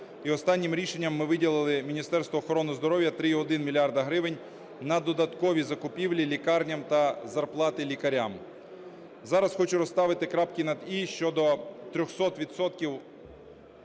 останнім рішенням ми виділили Міністерству охорони здоров'я 3,1 мільярда гривень на додаткові закупівлі лікарням та зарплати лікарям. Зараз хочу розставити крапки над "і" щодо 300